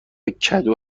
کدو